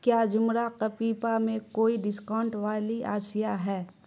کیا زمرہ قپیپا میں کوئی ڈسکاؤنٹ والی اشیاء ہے